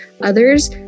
others